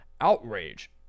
outrage